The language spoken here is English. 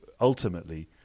ultimately